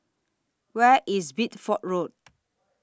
Where IS Bideford Road